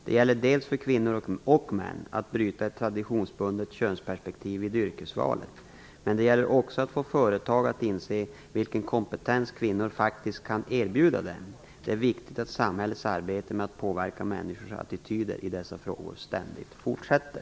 Det gäller för kvinnor - och män - att bryta ett traditionsbundet könsperspektiv vid yrkesvalet. Men det gäller också att få företag att inse vilken kompetens kvinnor faktiskt kan erbjuda dem. Det är viktigt att samhällets arbete med att påverka människors attityder i dessa frågor ständigt fortsätter.